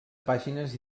pàgines